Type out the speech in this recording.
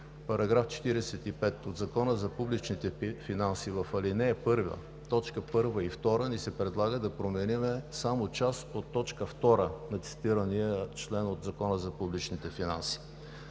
§ 45 от Закона за публичните финанси в ал. 1, т. 1 и 2, ни се предлага да променяме само част от т. 2 на цитирания член от Закона за публичните финанси.